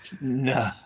no